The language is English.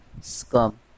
Scum